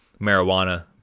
marijuana